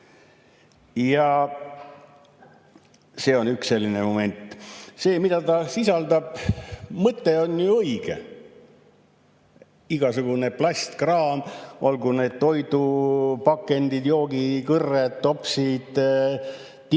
See on üks selline moment. Mõte, mida eelnõu sisaldab, on ju õige. Igasugune plastkraam, olgu need toidupakendid, joogikõrred, topsid, tikud,